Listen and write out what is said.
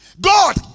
God